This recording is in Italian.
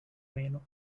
meno